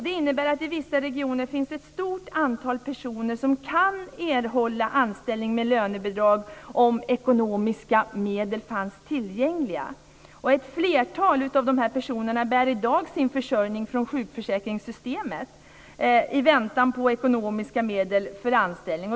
Det innebär att det i vissa regioner finns ett stort antal personer som kan erhålla anställning med lönebidrag om ekonomiska medel finns tillgängliga. Ett flertal av dessa personer får i dag sin försörjning från sjukförsäkringssystemet i väntan på ekonomiska medel för anställning.